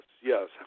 yes